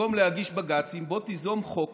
במקום להגיש בג"צים, תיזום חוק